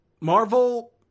Marvel